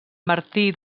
martí